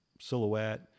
silhouette